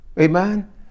Amen